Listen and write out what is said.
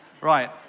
Right